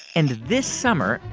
and this summer,